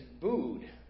booed